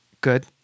Good